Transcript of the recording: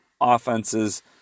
offenses